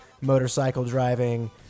motorcycle-driving